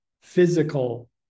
physical